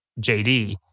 JD